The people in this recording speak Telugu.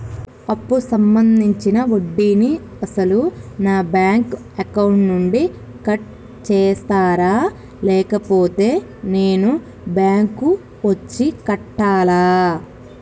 అప్పు సంబంధించిన వడ్డీని అసలు నా బ్యాంక్ అకౌంట్ నుంచి కట్ చేస్తారా లేకపోతే నేను బ్యాంకు వచ్చి కట్టాలా?